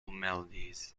melodies